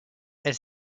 elle